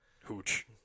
Hooch